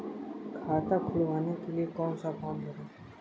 खाता खुलवाने के लिए कौन सा फॉर्म भरें?